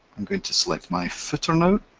i'm going to select my footer now,